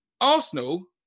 Arsenal